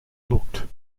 looked